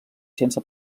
sense